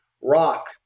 rock